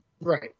Right